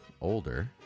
older